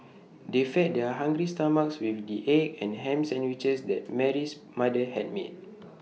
they fed their hungry stomachs with the egg and Ham Sandwiches that Mary's mother had made